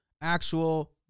actual